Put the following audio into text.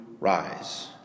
rise